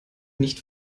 nicht